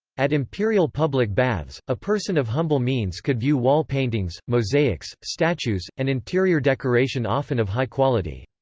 at imperial public baths, a person of humble means could view wall paintings, mosaics, statues, and interior decoration often of high quality.